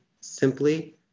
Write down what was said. simply